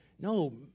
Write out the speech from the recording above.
No